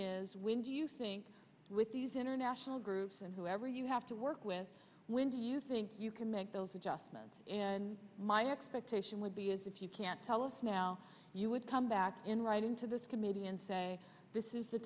is when do you think with these international groups and whoever you have to work with when do you think you can make those adjustments my expectation would be as if you can't tell us now you would come back in writing to this committee and say this is the